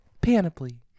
Panoply